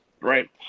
right